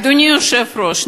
אדוני היושב-ראש,